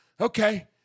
okay